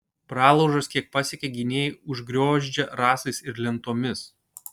pralaužas kiek pasiekia gynėjai užgriozdžia rąstais ir lentomis